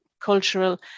cultural